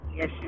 Yes